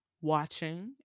watching